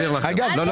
--- רק שנייה.